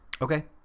Okay